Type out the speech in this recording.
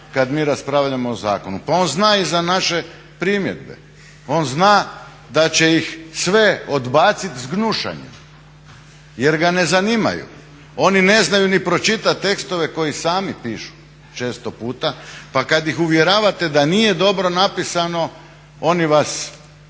kada mi raspravljamo o zakonu. Pa on zna i za naše primjedbe. On zna da će ih sve odbaciti s gnušanjem jer ga ne zanimaju. Oni ne znaju ni pročitati tekstove koje sami pišu često puta pa kada ih uvjeravate da nije dobro napisano oni vas